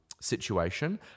situation